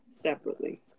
separately